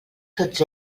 tots